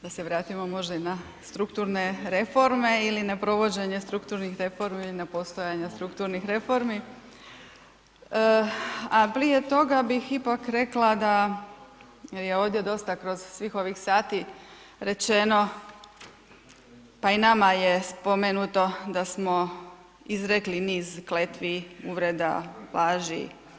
Da se vratimo možda i na strukturne reforme ili na provođenje strukturnih reformi na postojanja strukturnih reformi, a prije toga bih ipak rekla da je ovdje dosta kroz svih ovih sati rečeno, pa i nama je spomenuto da smo izrekli niz kletvi, uvreda, laži.